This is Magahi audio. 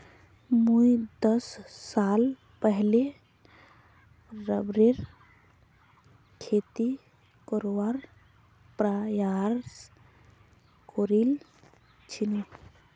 मुई दस साल पहले रबरेर खेती करवार प्रयास करील छिनु